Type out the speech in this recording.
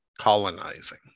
colonizing